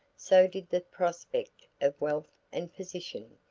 so did the prospect of wealth and position,